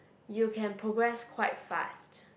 you can progress quite fast